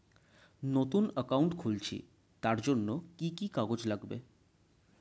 নতুন অ্যাকাউন্ট খুলছি তার জন্য কি কি কাগজ লাগবে?